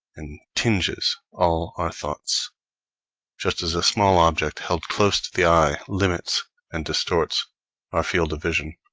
and tinges all our thoughts just as a small object held close to the eye limits and distorts our field of vision.